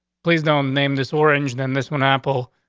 please don't name this orange than this one apple,